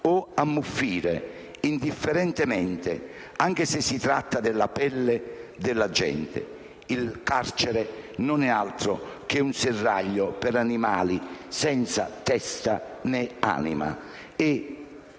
o ammuffire, indifferentemente, anche se si tratta della pelle della gente. Il carcere non è altro che un serraglio per animali senza testa né anima».